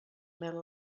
mel